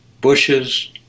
bushes